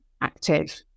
active